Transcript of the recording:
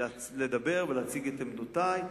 לדבר ולהציג את עמדותי.